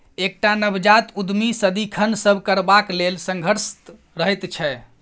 एकटा नवजात उद्यमी सदिखन नब करबाक लेल संघर्षरत रहैत छै